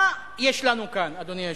מה יש לנו כאן, אדוני היושב-ראש?